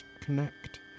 connect